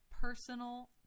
personal